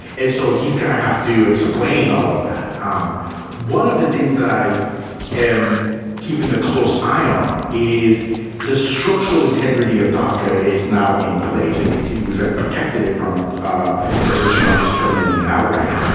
and so he's going to have to explain all of that. um one of the things that i am keeping a close eye on is the structural integrity of doca is now in place. i can tell you we've had protected it from ah president trump, just terminating it outright.